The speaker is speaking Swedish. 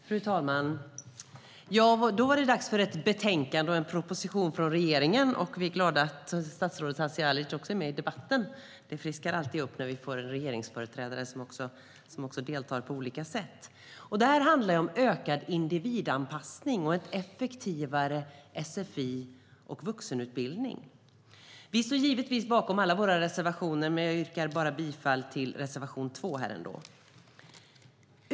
Fru talman! Då är det dags för ett betänkande som bygger på en proposition från regeringen. Vi är glada att statsrådet Hadzialic deltar i debatten i dag. Det friskar alltid upp när det kommer en regeringsföreträdare och deltar i debatten. Betänkandet handlar om ökad individanpassning och en effektivare sfi och vuxenutbildning. Vi står givetvis bakom alla våra reservationer, men jag väljer att yrka bifall till enbart reservation 2.